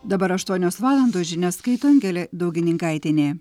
dabar aštuonios valandos žinias skaito angelė daugininkaitienė